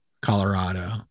Colorado